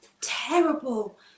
terrible